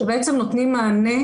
שבעצם נותנים מענה